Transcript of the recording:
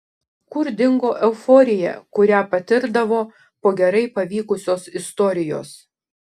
kur dingo euforija kurią patirdavo po gerai pavykusios istorijos